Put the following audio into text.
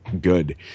good